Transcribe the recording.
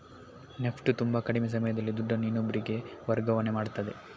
NEFT ತುಂಬಾ ಕಡಿಮೆ ಸಮಯದಲ್ಲಿ ದುಡ್ಡನ್ನು ಇನ್ನೊಬ್ರಿಗೆ ವರ್ಗಾವಣೆ ಮಾಡ್ತದೆ